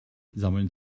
sammeln